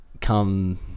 come